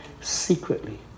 secretly